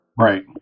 Right